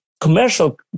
commercial